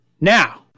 Now